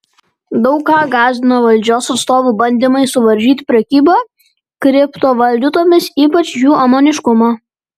daug ką gąsdina valdžios atstovų bandymai suvaržyti prekybą kriptovaliutomis ypač jų anonimiškumą